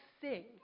sing